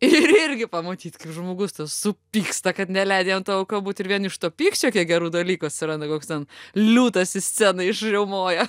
ir irgi pamatyt kaip žmogus tas supyksta kad neleidi jam ta auka būt ir vien iš to pykčio kiek gerų dalykų atsiranda koks ten liūtas į sceną išriaumoja